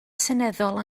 seneddol